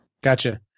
Gotcha